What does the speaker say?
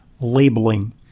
labeling